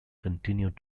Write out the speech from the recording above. continued